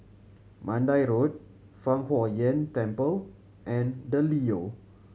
Mandai Road Fang Huo Yuan Temple and The Leo